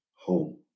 home